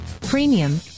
premium